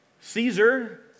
Caesar